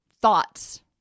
thoughts